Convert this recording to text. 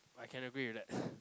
I can agree with that